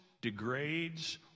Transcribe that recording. degrades